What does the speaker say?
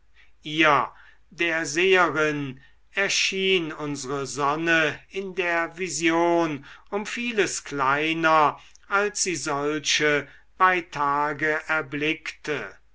ihr der seherin erschien unsere sonne in der vision um vieles kleiner als sie solche bei tage erblickte